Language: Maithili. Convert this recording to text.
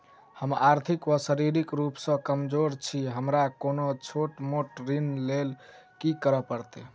हम आर्थिक व शारीरिक रूप सँ कमजोर छी हमरा कोनों छोट मोट ऋण लैल की करै पड़तै?